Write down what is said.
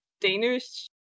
Danish